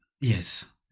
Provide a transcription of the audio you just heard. Yes